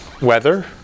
weather